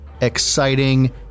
exciting